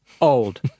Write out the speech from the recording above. old